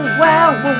wow